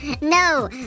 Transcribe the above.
No